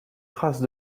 traces